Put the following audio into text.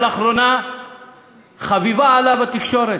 שלאחרונה חביבה עליו התקשורת,